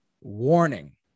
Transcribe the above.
Warning